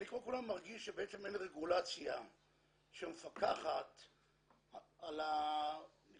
אני כמו כולם מרגיש שבעצם אין רגולציה שמפקחת על התנאים,